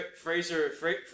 Fraser